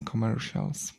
commercials